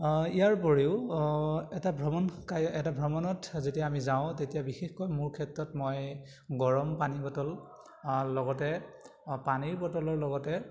ইয়াৰ উপৰিও এটা ভ্ৰমণ এটা ভ্ৰমণত যেতিয়া আমি যাওঁ তেতিয়া বিশেষকৈ মোৰ ক্ষেত্ৰত মই গৰম পানী বটল লগতে পানীৰ বটলৰ লগতে